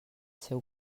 seu